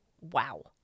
Wow